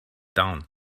down